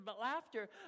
laughter